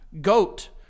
goat